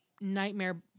nightmare